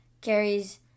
carries